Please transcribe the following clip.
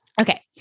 Okay